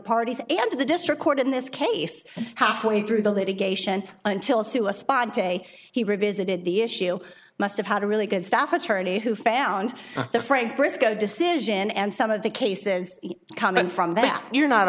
parties and to the district court in this case halfway through the litigation until to a spa day he revisited the issue must have had a really good staff attorney who found the frank briscoe decision and some of the cases coming from that you're not